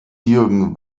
jürgen